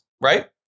right